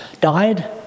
died